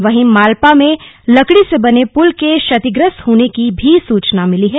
वहीं मालपा में लकड़ी से बने पुल के क्षतिग्रस्त होने की सूचना भी मिली है